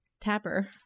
tapper